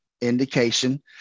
indication